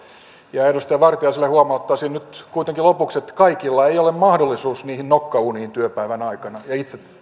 edustaja vartiaiselle huomauttaisin nyt lopuksi että kaikilla ei ole mahdollisuus niihin nokkauniin työpäivän aikana ja